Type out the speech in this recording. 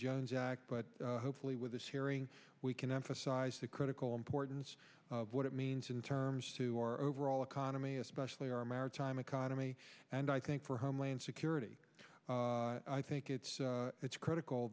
jones act but hopefully with this hearing we can emphasize the critical importance of what it means in terms to our overall economy especially our maritime economy and i think for homeland security i think it's it's critical